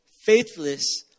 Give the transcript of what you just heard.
faithless